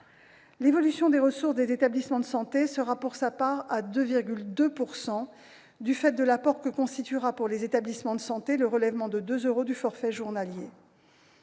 L'évolution des ressources des établissements de santé sera fixée pour sa part à 2,2 %, du fait de l'apport que constituera pour les établissements de santé le relèvement de 2 euros du forfait journalier.